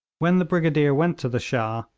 when the brigadier went to the shah,